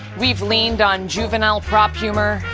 we've leaned on juvenile prop humor,